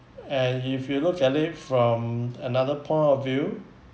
and if you look at it from another point of view